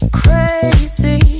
crazy